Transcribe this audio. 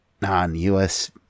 non-U.S